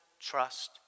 trust